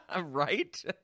Right